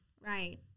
Right